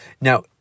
Now